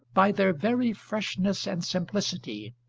by their very freshness and simplicity,